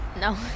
no